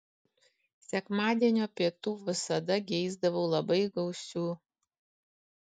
sekmadienio pietų visada geisdavau labai gausių